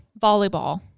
volleyball